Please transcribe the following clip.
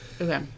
Okay